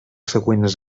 següents